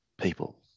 people